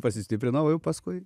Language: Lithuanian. pasistiprina o jau paskui